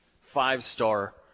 five-star